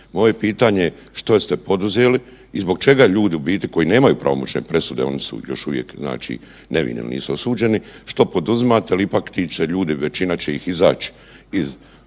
Moje pitanje što ste poduzeli i zbog čega ljudi u biti koji nemaju pravomoćne presude oni su još uvijek znači nevini jer nisu osuđeni, što poduzimate jer ipak ti će ljudi većina će ih izaći iz